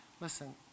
Listen